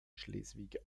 schleswig